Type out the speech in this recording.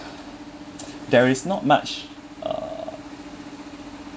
there is not much uh